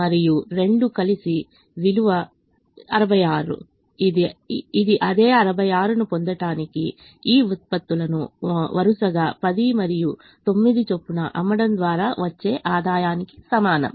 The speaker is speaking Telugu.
మరియు రెండు కలిసి విలువ 66ఇది అదే 66 ను పొందడానికి ఈ ఉత్పత్తులను వరుసగా 10 మరియు 9 చొప్పున అమ్మడం ద్వారా వచ్చే ఆదాయానికి సమానం